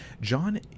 John